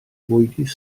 bwydydd